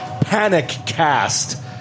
panic-cast